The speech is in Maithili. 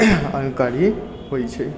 जानकारी होइ छै